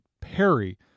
Perry